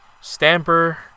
Stamper